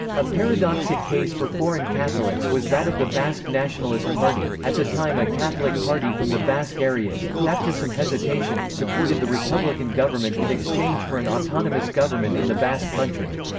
a paradoxic case for foreign catholics was that of the basque nationalist party, at the time a catholic party from the basque areas, who after some hesitation, supported the republican government in exchange for an autonomous government in the basque country.